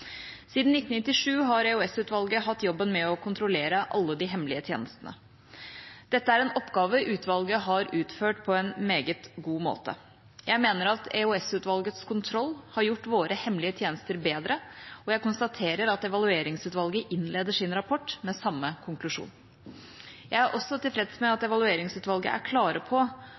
Siden 1997 har EOS-utvalget hatt jobben med å kontrollere alle de hemmelige tjenestene. Dette er en oppgave utvalget har utført på en meget god måte. Jeg mener at EOS-utvalgets kontroll har gjort våre hemmelige tjenester bedre, og jeg konstaterer at Evalueringsutvalget innleder sin rapport med samme konklusjon. Jeg er også tilfreds med at Evalueringsutvalget er klare på